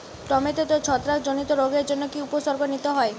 টমেটোতে ছত্রাক জনিত রোগের জন্য কি উপসর্গ নিতে হয়?